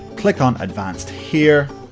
click on advanced, here,